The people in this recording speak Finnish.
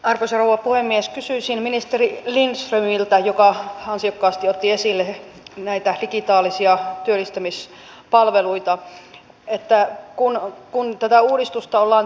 meillä ei ole tarkkaa tietoa siitä minkälainen esitys on minä vain kerron mitä meille on sanottu arvoisa ministeri